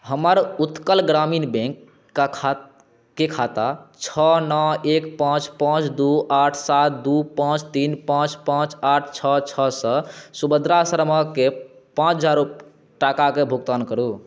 हमर उत्कल ग्रामीण बैँकके खाता छओ नओ एक पाँच पाँच दुइ आठ सात दुइ पाँच तीन पाँच पाँच आठ छओ छओसँ सुभद्रा शर्माके पाँच हजार टाकाके भुगतान करू